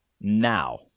now